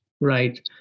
Right